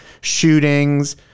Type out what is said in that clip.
shootings